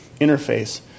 interface